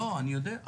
אני יודע.